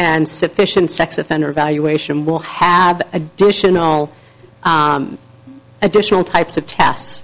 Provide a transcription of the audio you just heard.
and sufficient sex offender evaluation will have additional additional types of tests